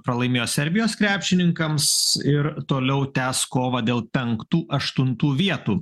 pralaimėjo serbijos krepšininkams ir toliau tęs kovą dėl penktų aštuntų vietų